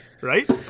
right